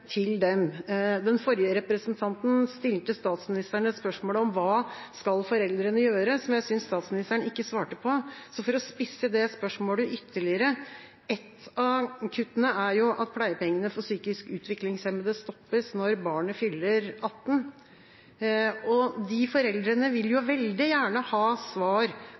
til dem. Den forrige representanten stilte statsministeren spørsmål om hva foreldrene skal gjøre, som jeg synes statsministeren ikke svarte på. Så for å spisse det spørsmålet ytterligere: Ett av kuttene er at pleiepengene for psykisk utviklingshemmede stoppes når barnet fyller 18 år. De foreldrene vil veldig gjerne ha svar